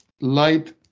light